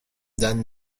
done